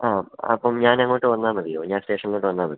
ആ അപ്പം ഞാനങ്ങോട്ട് വന്നാല് മതിയോ ഞാന് സ്റ്റേഷനിലേക്ക് വന്നാല് മതിയോ